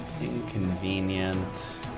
Inconvenient